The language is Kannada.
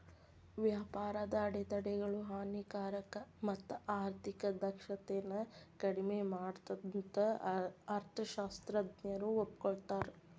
ವ್ಯಾಪಾರದ ಅಡೆತಡೆಗಳು ಹಾನಿಕಾರಕ ಮತ್ತ ಆರ್ಥಿಕ ದಕ್ಷತೆನ ಕಡ್ಮಿ ಮಾಡತ್ತಂತ ಅರ್ಥಶಾಸ್ತ್ರಜ್ಞರು ಒಪ್ಕೋತಾರ